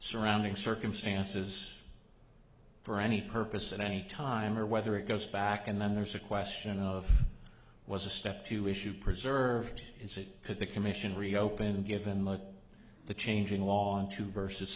surrounding circumstances for any purpose at any time or whether it goes back and then there's a question of was a step to issue preserved is it could the commission reopen given the change in law in two versus